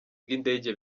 bw’indege